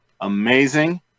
amazing